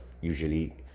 usually